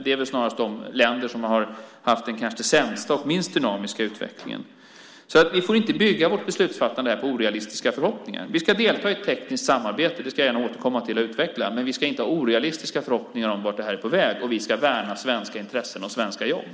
Det är snarare de länderna som har haft den sämsta och kanske minst dynamiska utvecklingen. Vi får inte bygga vårt beslutsfattande på orealistiska förhoppningar. Vi ska delta i ett tekniskt samarbete - det ska jag gärna återkomma till och utveckla - men vi ska inte ha orealistiska förhoppningar om vart det här är på väg. Vi ska värna svenska intressen och svenska jobb.